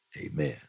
Amen